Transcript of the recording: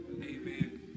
Amen